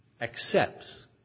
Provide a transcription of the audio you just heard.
accepts